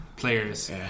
players